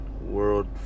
world